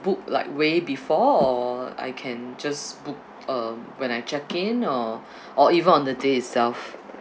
book like way before or I can just book um when I check in or or even on the day itself